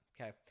okay